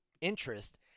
interest